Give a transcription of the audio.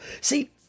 See